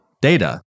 data